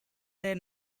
their